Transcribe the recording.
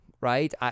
right